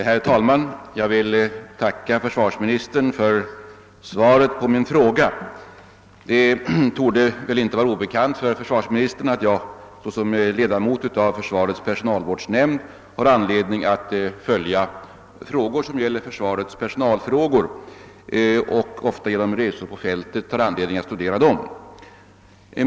Herr talman! Jag vill tacka försvarsministern för svaret på min fråga. Det torde väl inte vara obekant för försvarsministern att jag såsom ledamot av försvarets personalvårdsnämnd har anledning att följa frågor, som gäller försvarets personal, och ofta genom resor på fältet har möjlighet att studera sådana ärenden.